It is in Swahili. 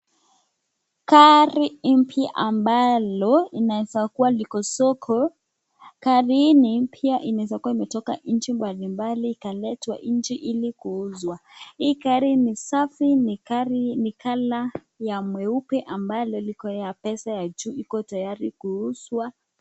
Gari mpya ambalo inaeza kuwa liko soko. Gari hii ni mpya inaweza kuwa imetoka nchi mbalimbali ikaletwa nchi ili kuuzwa. Hii gari ni safi ni kama ni gari ni kama ni ya mweupe ambalo liko ya pesa ya juu iko tayari kuuzwa.